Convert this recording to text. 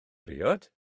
briod